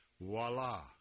Voila